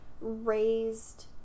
raised